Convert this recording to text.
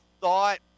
thought